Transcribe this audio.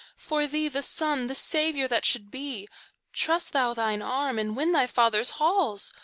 for thee, the son, the saviour that should be trust thou thine arm and win thy father's halls!